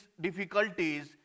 difficulties